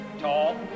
tall